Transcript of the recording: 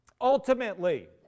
Ultimately